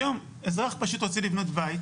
היום, כשאזרח פשוט רוצה לבנות בית